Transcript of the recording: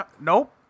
Nope